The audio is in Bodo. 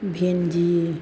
भिन्दि